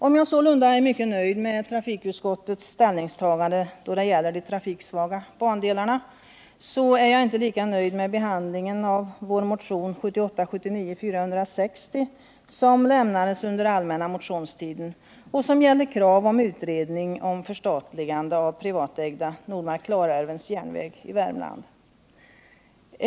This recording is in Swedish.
Om jag sålunda är mycket nöjd med trafikutskottets ställningstagande då det gäller de trafiksvaga bandelarna, är jag inte lika nöjd med behandlingen av vår motion 1978/79:460, som inlämnades under allmänna motionstiden och som gäller krav på utredning om förstatligande av privatägda Nordmark-Klarälvens Järnvägar i Värmland.